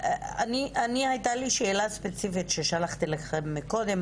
לי הייתה שאלה ספציפית ששלחתי לכם מקודם,